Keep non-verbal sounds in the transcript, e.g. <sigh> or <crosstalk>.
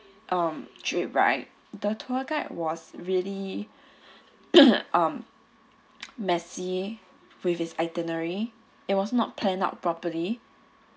um trip right the tour guide was really <coughs> um messy with his itinerary it was not planned out properly